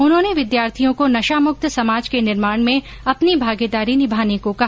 उन्होंने विद्यार्थियों को नशा मुक्त समाज के निर्माण में अपनी भागीदारी निभाने को कहा